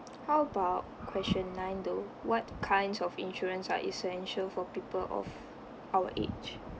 how about question nine though what kinds of insurance are essential for people of our age